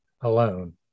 alone